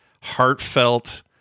heartfelt